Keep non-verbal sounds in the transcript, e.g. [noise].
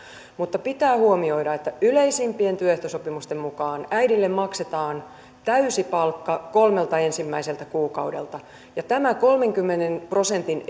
mutta pitää huomioida että yleisimpien työehtosopimusten mukaan äidille maksetaan täysi palkka kolmelta ensimmäiseltä kuukaudelta ja tämä kolmenkymmenen prosentin [unintelligible]